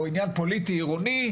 או עניין פוליטי עירוני,